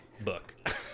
book